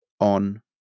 on